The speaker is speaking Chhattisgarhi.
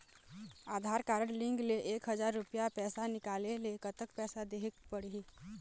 आधार कारड लिंक ले एक हजार रुपया पैसा निकाले ले कतक पैसा देहेक पड़ही?